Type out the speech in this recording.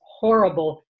horrible